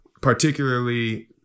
particularly